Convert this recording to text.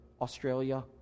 Australia